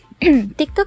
tiktok